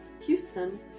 Houston